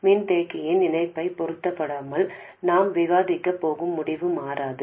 மின்தேக்கியின் இணைப்பைப் பொருட்படுத்தாமல் நாம் விவாதிக்கப் போகும் முடிவு மாறாது